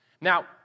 Now